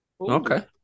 Okay